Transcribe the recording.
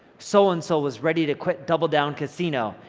so and so was ready to quit doubledown casino,